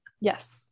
Yes